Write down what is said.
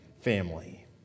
family